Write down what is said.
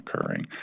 occurring